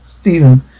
Stephen